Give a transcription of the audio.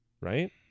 right